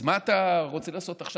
אז מה אתה רוצה לעשות עכשיו?